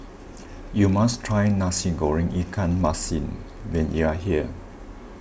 you must try Nasi Goreng Ikan Masin when you are here